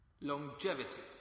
Longevity